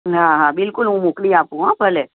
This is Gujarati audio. હા હા બિલકુલ હું મોકલી આપું હો ભલે